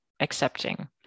accepting